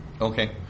Okay